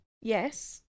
Yes